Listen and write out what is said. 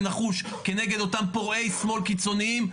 נחוש כנגד אותם פורעי שמאל קיצוניים,